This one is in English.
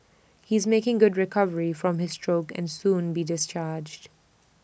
he's making good recovery from his stroke and soon be discharged